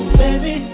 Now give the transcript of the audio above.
baby